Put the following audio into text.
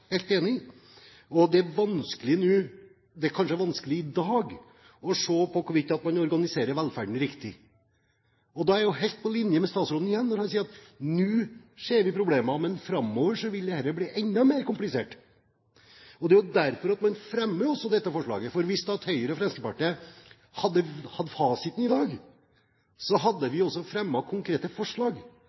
er helt enig. Det er vanskelig i dag å se hvorvidt vi organiserer velferden riktig. Jeg er igjen helt på linje med statsråden når han sier at vi ser problemene nå, men at dette framover vil bli enda mer komplisert. Det er derfor man fremmer dette forslaget. Hvis Høyre og Fremskrittspartiet hadde hatt fasiten i dag, hadde vi også fremmet konkrete forslag.